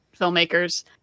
filmmakers